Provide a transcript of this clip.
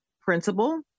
principal